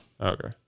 Okay